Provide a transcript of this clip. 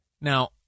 Now